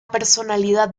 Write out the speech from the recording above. personalidad